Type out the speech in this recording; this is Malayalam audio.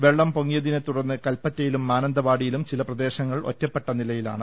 വെള്ളം പൊങ്ങിയതിനെ തുടർന്ന് കൽപ്പറ്റയിലും മാനന്തവാടിയിലും ചില പ്രദേശങ്ങൾ ഒറ്റപ്പെട്ട നിലയിലാണ്